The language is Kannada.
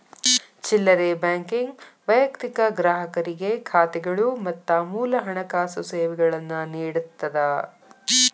ಚಿಲ್ಲರೆ ಬ್ಯಾಂಕಿಂಗ್ ವೈಯಕ್ತಿಕ ಗ್ರಾಹಕರಿಗೆ ಖಾತೆಗಳು ಮತ್ತ ಮೂಲ ಹಣಕಾಸು ಸೇವೆಗಳನ್ನ ನೇಡತ್ತದ